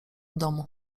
domu